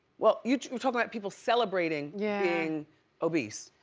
well, you were talking about people celebrating yeah in obese.